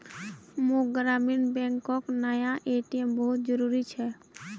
मोक ग्रामीण बैंकोक नया ए.टी.एम बहुत जरूरी छे